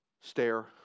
stare